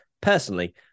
Personally